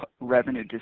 revenue